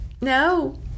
No